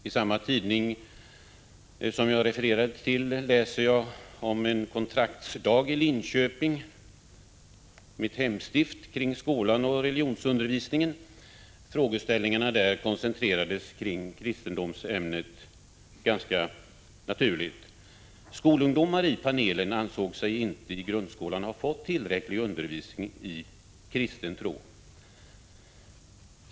I samma tidning som jag refererade till tidigare läser jag om en kontraktsdag i Linköping, mitt hemstift, kring skolan och religionsundervisningen. Frågeställningarna där koncentrerades helt naturligt till kristendomsämnet. Skolungdomar i panelen ansåg sig inte i grundskolan ha fått tillräcklig undervisning i kristen tro.